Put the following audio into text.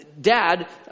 dad